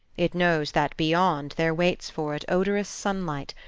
it knows that beyond there waits for it odorous sunlight,